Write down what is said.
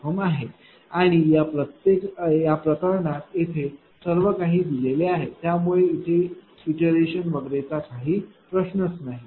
05 आहे आणि या प्रकरणात येथे सर्व काही दिलेले आहे त्यामुळे इथे इटरेशन वगैरे चा काही प्रश्नच नाही